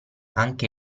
anche